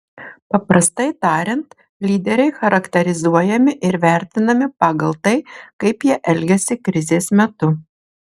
paprastai tariant lyderiai charakterizuojami ir vertinami pagal tai kaip jie elgiasi krizės metu